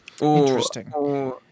Interesting